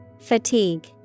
Fatigue